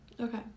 Okay